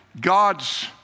God's